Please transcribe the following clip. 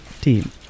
team